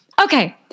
Okay